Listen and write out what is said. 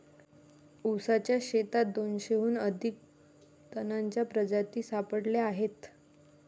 ऊसाच्या शेतात दोनशेहून अधिक तणांच्या प्रजाती सापडल्या आहेत